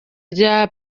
rya